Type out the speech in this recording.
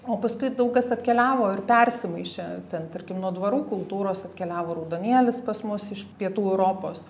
o paskui daug kas atkeliavo ir persimaišė ten tarkim nuo dvarų kultūros atkeliavo raudonėlis pas mus iš pietų europos